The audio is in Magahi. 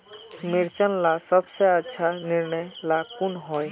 मिर्चन ला सबसे अच्छा निर्णय ला कुन होई?